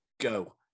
Go